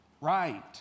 Right